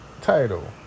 title